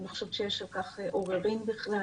אני לא חושבת שיש על כך עוררין בכלל.